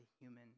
human